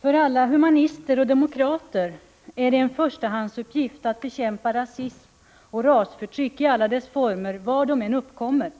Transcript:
För alla humanister och demokrater är det en förstahandsuppgift att bekämpa rasism och rasförtryck i alla dess former var de än uppkommer.